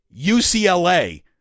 UCLA